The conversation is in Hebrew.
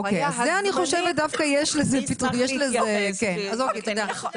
החוויה הזמנית --- אני חושבת שיש לזה --- יכול להיות.